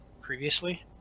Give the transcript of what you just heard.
previously